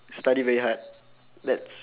study very hard that's